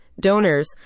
Donors